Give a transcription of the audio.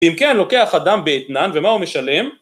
אם כן לוקח אדם באתנן ומה הוא משלם?